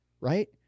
right